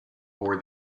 bore